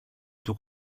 του